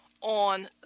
on